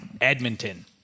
Edmonton